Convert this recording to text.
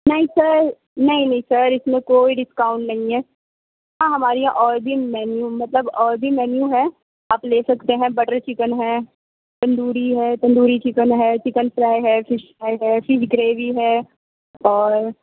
نہیں سر نہیں نہیں سر اِس میں کوئی ڈِسکاؤنٹ نہیں ہے ہاں ہمارے یہاں اور بھی مینیو مطلب اور بھی مینیو ہے آپ لے سکتے ہیں بٹر چِکن ہیں تندوری ہے تندوری چِکن ہے چِکن فرائی ہے فِش فرائی ہے فِش گریوی ہے اور